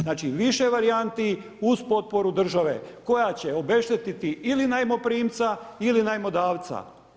Znači više varijanti uz potporu države koja će obeštetiti ili najmoprimca ili najmodavca.